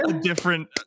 different